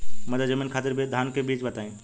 मध्य जमीन खातिर धान के बीज बताई?